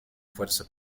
fuerza